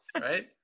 right